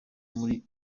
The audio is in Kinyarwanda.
muri